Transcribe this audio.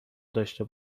داشته